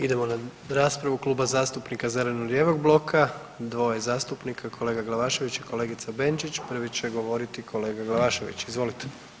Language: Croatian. Idemo na raspravu Kluba zastupnika zeleno-lijevog bloka, dvoje zastupnika kolega Glavašević i kolegica Benčić, prvi će govoriti kolega Glavašević, izvolite.